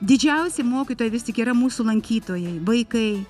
didžiausi mokytojai vis tik yra mūsų lankytojai vaikai